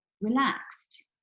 relaxed